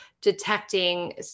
detecting